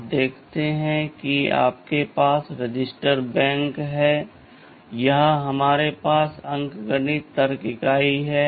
आप देखते हैं कि आपके पास रजिस्टर बैंक है यहाँ हमारे पास अंकगणित तर्क इकाई है